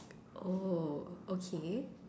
oh okay